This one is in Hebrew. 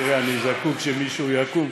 תראה, אני זקוק שמישהו יקום?